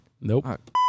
Nope